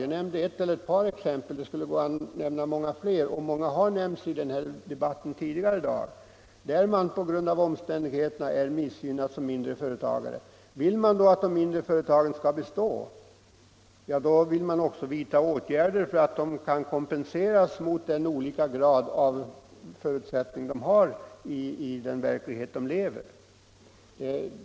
Jag nämnde ett par exempel och skulle kunna nämna många fler — och åtskilliga har nämnts i den här debatten tidigare i dag — som visar att man på grund av omständigheterna är missgynnad som mindre företagare. Vill man att de mindre företagen skall bestå, då vill man också vidta åtgärder så att de kan kompenseras med hänsyn till de olika förutsättningar de har i den verklighet där de existerar.